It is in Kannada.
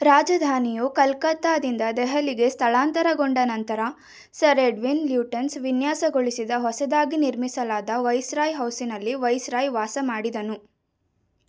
ರಾಜಧಾನಿಯು ಕಲ್ಕತ್ತಾದಿಂದ ದೆಹಲಿಗೆ ಸ್ಥಳಾಂತರಗೊಂಡ ನಂತರ ಸರ್ ಎಡ್ವಿನ್ ಲುಟ್ಯೆನ್ಸ್ ವಿನ್ಯಾಸಗೊಳಿಸಿದ ಹೊಸದಾಗಿ ನಿರ್ಮಿಸಲಾದ ವೈಸ್ರಾಯ್ ಹೌಸಿನಲ್ಲಿ ವೈಸ್ರಾಯ್ ವಾಸಮಾಡಿದನು